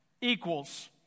equals